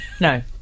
no